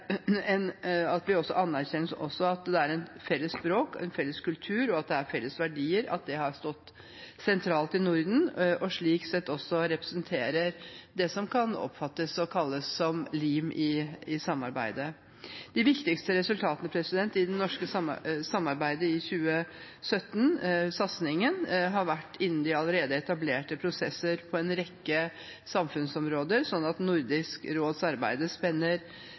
ved at vi også anerkjenner at det er et felles språk og en felles kultur, og at det har stått sentralt i Norden at det er felles verdier, og slik sett også representerer det som kan oppfattes som og kalles lim i samarbeidet. Den viktigste satsingen i samarbeidet i 2017 har vært innen de allerede etablerte prosesser på en rekke samfunnsområder, så Nordisk råds arbeid spenner